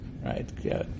right